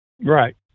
Right